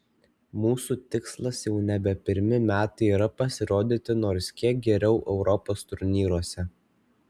mūsų tikslas jau nebe pirmi metai yra pasirodyti nors kiek geriau europos turnyruose